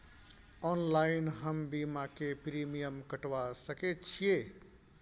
Online हम बीमा के प्रीमियम कटवा सके छिए?